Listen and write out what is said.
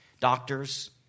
doctors